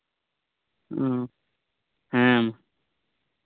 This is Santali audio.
ᱦᱮᱸ ᱦᱮᱸ ᱢᱟ